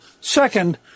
Second